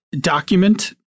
document